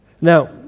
Now